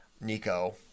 Nico